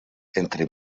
entre